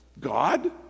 God